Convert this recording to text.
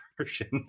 version